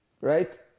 Right